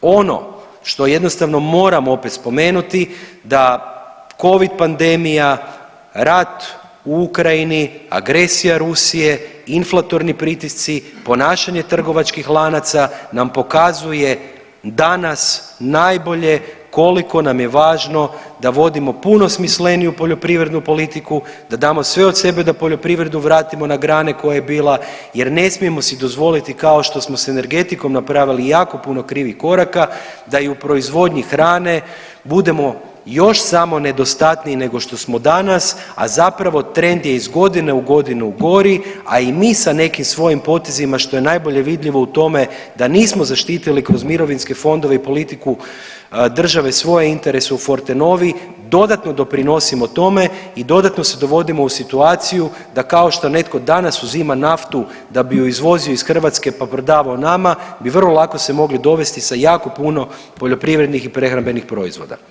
Ono što jednostavno moram opet spomenuti da Covid pandemija, rat u Ukrajini, agresija Rusije, inflatorni pritisci, ponašanje trgovačkih lanaca nam pokazuje danas najbolje koliko nam je važno da vodimo puno smisleniju poljoprivrednu politiku, da damo sve od sebe da poljoprivredu vratimo na grane koje je bila jer ne smijemo si dozvoliti kao što smo s energetikom napravili jako puno krivih koraka da i u proizvodnji hrane budemo još samonedostatniji nego što smo danas, a zapravo trend je iz godine u godinu gori, a i mi sa nekim svojim potezima što je najbolje vidljivo u tome da nismo zaštitili kroz mirovinske fondove i politiku države svoje interese u Fortenovi, dodatno doprinosimo tome i dodatno se dovodimo u situaciju da kao što netko danas uzima naftu da bi ju izvozio iz Hrvatske pa prodavao nama bi vrlo lako se mogli dovesti sa jako puno poljoprivrednih i prehrambenih proizvoda.